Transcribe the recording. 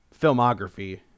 filmography